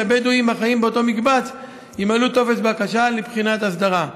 כי הבדואים החיים באותו מקבץ ימלאו טופס בקשה לבחינת הסדרה.